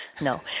No